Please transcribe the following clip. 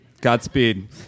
Godspeed